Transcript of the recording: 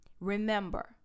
Remember